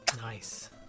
Nice